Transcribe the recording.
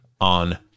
on